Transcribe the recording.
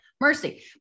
mercy